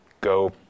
go